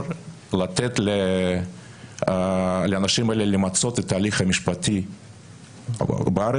ולתת לנשים האלה למצות את ההליך המשפטי בארץ,